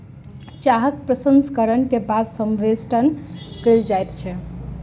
चाहक प्रसंस्करण के बाद संवेष्टन कयल जाइत अछि